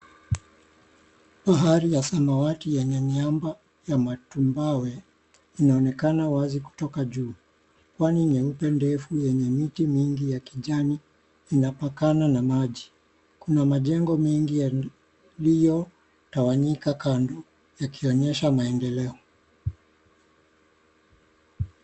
Bahari ya samawati yenye miamba ya matumbawe inaonekana wazi kutoka juu. Pwani nyeupe ndefu yenye miti mingi ya kijani inapakana na maji. Kuna majengo mengi yaliotawanyika kando yakionyesha maendeleo.